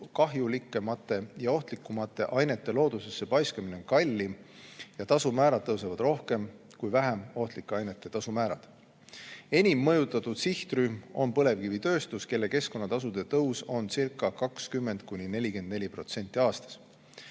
kahjulikumate ja ohtlikumate ainete loodusesse paiskamine on kallim ja nende puhul tasumäärad tõusevad rohkem kui vähem ohtlike ainete puhul. Enim mõjutatud sihtrühm on põlevkivitööstus, kelle keskkonnatasude tõus on 20–44% aastas.